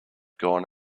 gone